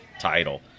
title